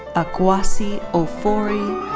akwasi ofori